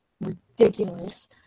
ridiculous